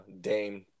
Dame